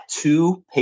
two